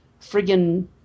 friggin